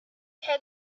had